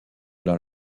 dans